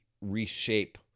reshape